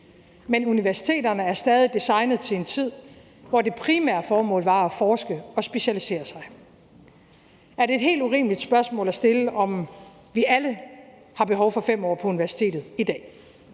Men universiteterne er stadig designet til en tid, hvor det primære formål var at forske og specialisere sig. Er det et helt urimeligt spørgsmål at stille, om vi alle har behov for 5 år på universitetet i dag,